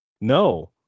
no